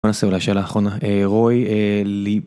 בוא נעשה אולי השאלה האחרונה, רוי, ליב...